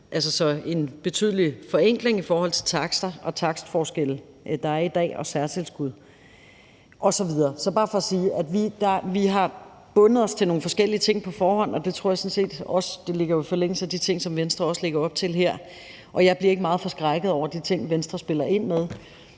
altså en betydelig forenkling i forhold til takster og takstforskelle, der er i dag, særtilskud osv. Det er bare for at sige, at vi har bundet os til nogle forskellige ting på forhånd, og det tror jeg sådan set også nok skal kunne lade sig gøre. Det ligger jo i forlængelse af de ting, som Venstre også lægger op til her, og jeg bliver ikke meget forskrækket over de ting, Venstre spiller ind med,